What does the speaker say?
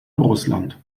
russland